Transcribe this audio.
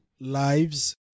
lives